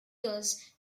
years